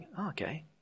okay